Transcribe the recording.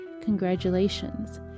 congratulations